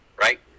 right